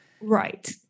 right